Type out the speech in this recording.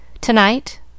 Tonight